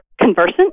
conversant